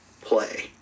play